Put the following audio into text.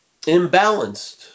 imbalanced